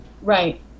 Right